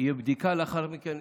תהיה בדיקה לאחר מכן,